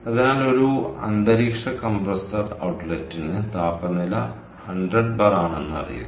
അതിനാൽ ഒരു അന്തരീക്ഷ കംപ്രസ്സർ ഔട്ട്ലെറ്റിന് താപനില 100 ബാർ ആണെന്ന് അറിയില്ല